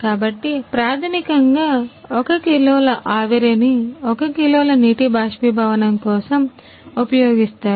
కాబట్టి ప్రాథమికంగా 1 కిలోల ఆవిరిని 1 కిలోల నీటి బాష్పీభవనం కోసం ఉపయోగిస్తారు